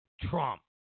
Trump